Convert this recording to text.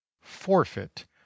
forfeit